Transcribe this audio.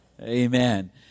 Amen